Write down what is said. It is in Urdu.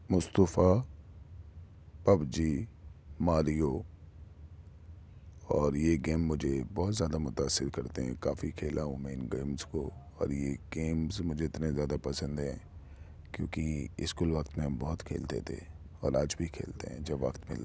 مصطفی پب جی ماریو اور یہ گیم مجھے بہت زیادہ متاثر کرتے ہیں کافی کھیلا ہوں میں ان گیمس کو اور یہ گیمس مجھے اتنے زیادہ پسند ہیں کیونکہ اسکول وقت میں ہم بہت کھیلتے تھے اور آج بھی کھیلتے ہیں جب وقت ملتا ہے